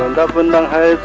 ah government